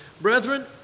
Brethren